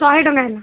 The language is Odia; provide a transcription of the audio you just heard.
ଶହେ ଟଙ୍କା ହେଲା